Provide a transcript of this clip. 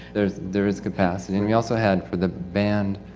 there is there is capacity, and we also had for the band,